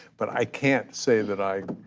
but i can't say that i.